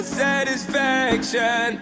satisfaction